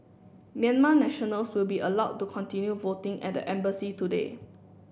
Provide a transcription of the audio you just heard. Myanmar nationals will be allowed to continue voting at the embassy today